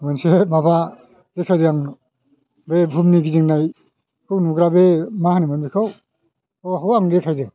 मोनसे माबा देखायदों बे बुहुमनि गिदिंनायखौ नुग्रा बे मा होनोमोन बेखौ आंनो देखायदों